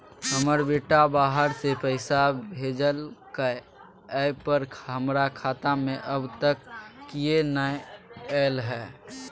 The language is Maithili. हमर बेटा बाहर से पैसा भेजलक एय पर हमरा खाता में अब तक किये नाय ऐल है?